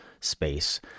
space